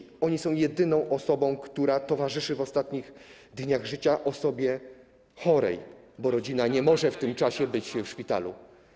Opiekun medyczny jest jedyną osobą, która towarzyszy w ostatnich dniach życia osobie chorej, bo rodzina nie może w tym czasie być w szpitalu.